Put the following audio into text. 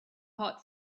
hot